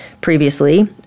previously